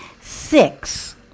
six